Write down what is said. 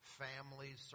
families